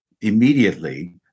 immediately